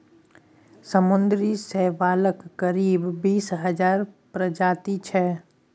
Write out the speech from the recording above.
समुद्री शैवालक करीब बीस हजार प्रजाति छै